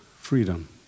freedom